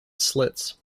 slits